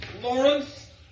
Lawrence